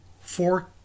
four